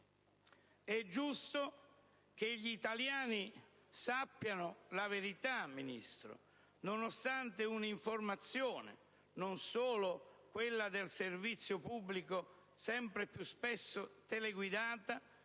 È giusto che gli italiani sappiano la verità, Ministro, nonostante un'informazione, non solo quella del servizio pubblico, sempre più spesso teleguidata